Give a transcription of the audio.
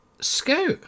Scout